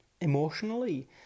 emotionally